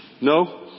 No